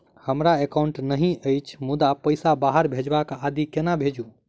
हमरा एकाउन्ट नहि अछि मुदा पैसा बाहर भेजबाक आदि केना भेजू?